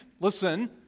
listen